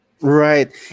Right